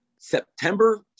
September